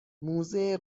موزه